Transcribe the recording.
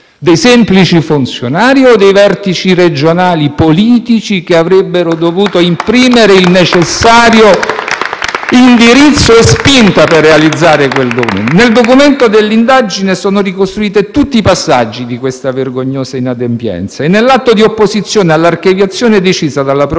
Dei semplici funzionari o dei vertici regionali politici che avrebbero dovuto imprimere il necessario indirizzo e la spinta per realizzare quel documento? *(Applausi dal Gruppo M5S)*. Nel documento dell'indagine sono ricostruiti tutti i passaggi di questa vergognosa inadempienza e nell'atto di opposizione all'archiviazione decisa dalla procura